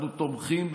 אנחנו תומכים,